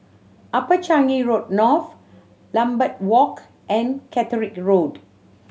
Upper Changi Road North Lambeth Walk and Caterick Road